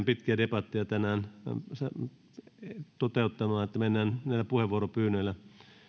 pitkiä debatteja tänään toteuttamaan että mennään näillä puheenvuoropyynnöillä